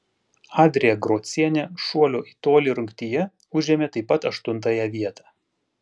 adrija grocienė šuolio į tolį rungtyje užėmė taip pat aštuntąją vietą